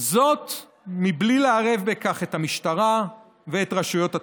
זאת מבלי לערב בכך את המשטרה ואת רשויות התביעה.